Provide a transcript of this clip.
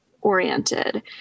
oriented